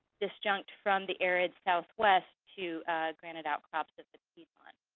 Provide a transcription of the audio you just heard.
disjunct from the arid southwest to granite outcrops of the piedmont.